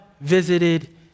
visited